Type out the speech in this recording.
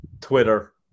twitter